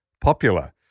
popular